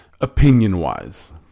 opinion-wise